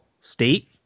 state